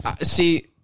See